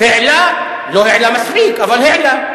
העלה, לא העלה מספיק אבל העלה.